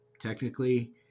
Technically